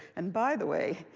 and by the way,